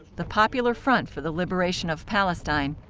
the popular front for the liberation of palestine.